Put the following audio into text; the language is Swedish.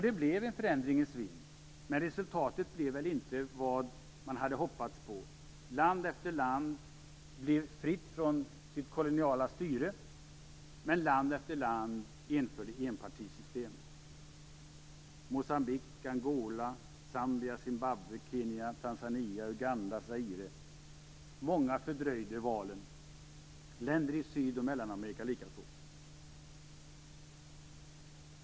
Det blev en förändringens vind, men resultatet blev inte vad man hade hoppats på. Land efter land blev fritt från sitt koloniala styre, men land efter land införde enpartisystem: Moçambique, Angola, Zambia, Zimbabwe, Kenya, Tanzania, Uganda, Zaire. Många fördröjde valen - länder i Syd och Mellanamerika likaså.